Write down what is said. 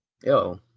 Yo